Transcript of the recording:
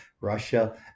Russia